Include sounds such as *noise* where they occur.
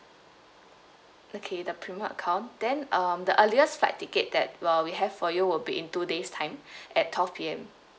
okay the premium account then um the earliest flight ticket that well we have for you will be in two days time *breath* at twelve P_M